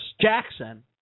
Jackson